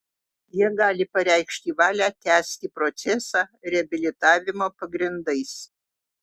jie gali pareikšti valią tęsti procesą reabilitavimo pagrindais